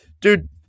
Dude